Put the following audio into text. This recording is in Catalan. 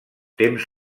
temps